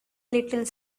little